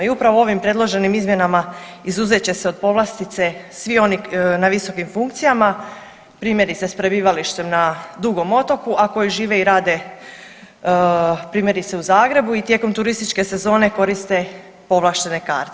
I upravo ovim predloženim izmjenama izuzet će se od povlastice svi oni na visokim funkcijama primjerice s prebivalištem na Dugom otoku, a koji žive i rade primjerice u Zagrebu i tijekom turističke sezone koriste povlaštene karte.